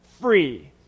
free